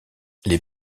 les